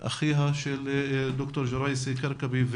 אחיה של ד"ר ג'ראייסי-כרכבי,